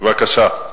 בבקשה.